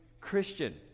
christian